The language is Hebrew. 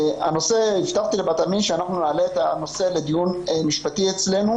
הבטחתי לבת עמי שאנחנו נעלה את הנושא לדיון משפטי אצלנו